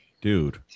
dude